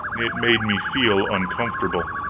it made me feel uncomfortable.